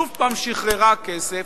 שוב שחררה כסף,